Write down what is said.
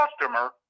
customer